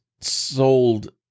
sold